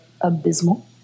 abysmal